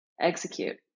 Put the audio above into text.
execute